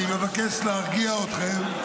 אני מבקש להרגיע אתכם.